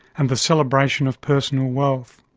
and the celebration of personal wealth.